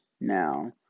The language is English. now